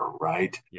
right